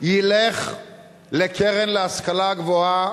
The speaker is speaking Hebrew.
ילך לקרן להשכלה גבוהה,